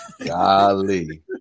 Golly